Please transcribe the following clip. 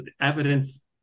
evidence